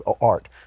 art